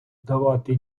давати